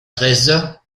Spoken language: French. dresde